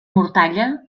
mortalla